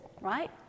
right